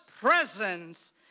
presence